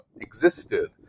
existed